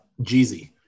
Jeezy